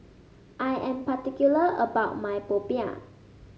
I am particular about my popiah